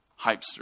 hypester